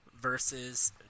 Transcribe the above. versus